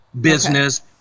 business